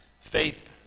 faith